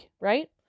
right